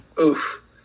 Oof